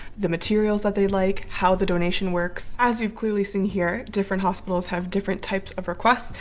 the materials that they like, how the donation works. as you've clearly seen here different hospitals have different types of requests.